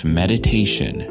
meditation